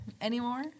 anymore